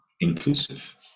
inclusive